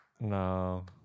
No